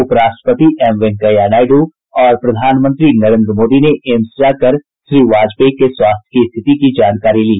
उपराष्ट्रपति एम वेंकैया नायडु और प्रधानमंत्री नरेन्द्र मोदी ने एम्स जाकर श्री वाजपेयी के स्वास्थ्य की स्थिति की जानकारी ली